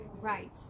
Right